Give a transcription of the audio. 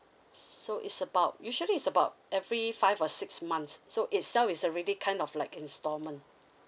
so it's about usually it's about every five or six months so itself is already kind of like installment